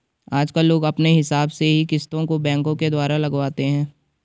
आजकल लोग अपने हिसाब से ही किस्तों को बैंकों के द्वारा लगवाते हैं